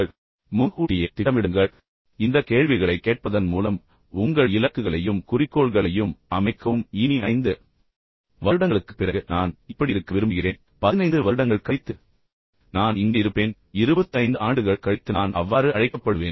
இப்போது முன்கூட்டியே திட்டமிடுங்கள் இந்த கேள்விகளைக் கேட்பதன் மூலம் உங்கள் இலக்குகளையும் குறிக்கோள்களையும் அமைக்கவும் இனி 5 வருடங்களுக்கு பிறகு நான் இப்படி இருக்க விரும்புகிறேன் 15 வருடங்கள் கழித்து நான் இங்கே இருப்பேன் இப்போதிலிருந்து 25 ஆண்டுகள் கழித்து நான் அவ்வாறு அழைக்கப்படுவேன்